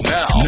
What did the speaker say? now